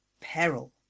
Peril